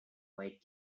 white